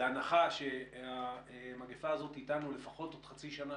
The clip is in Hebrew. בהנחה שהמגפה הזאת אתנו לפחות עוד חצי שנה,